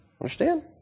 Understand